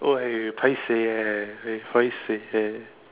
oh I paiseh eh paiseh eh